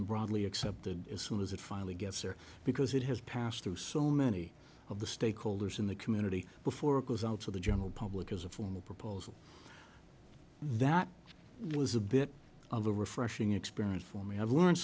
in broadly accepted as soon as it finally gets there because it has passed through so many of the stakeholders in the community before it goes out to the general public as a formal proposal that was a bit of a refreshing experience for me i've learned